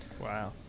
Wow